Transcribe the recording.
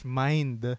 mind